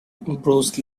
bruce